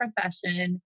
profession